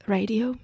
Radio